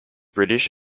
british